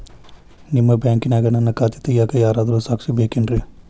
ನಿಮ್ಮ ಬ್ಯಾಂಕಿನ್ಯಾಗ ನನ್ನ ಖಾತೆ ತೆಗೆಯಾಕ್ ಯಾರಾದ್ರೂ ಸಾಕ್ಷಿ ಬೇಕೇನ್ರಿ?